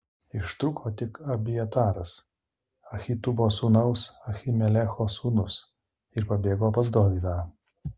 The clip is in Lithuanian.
ištrūko tik abjataras ahitubo sūnaus ahimelecho sūnus ir pabėgo pas dovydą